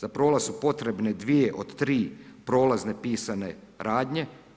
Za prolaz su potrebne dvije od tri prolazne pisane radnje.